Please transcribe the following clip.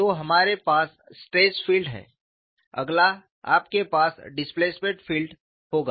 तो हमारे पास स्ट्रेस फील्ड है अगला आपके पास डिस्प्लेसमेंट फील्ड होगा